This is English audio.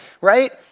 right